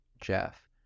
Jeff